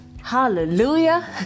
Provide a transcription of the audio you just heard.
hallelujah